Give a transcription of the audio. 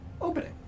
opening